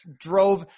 drove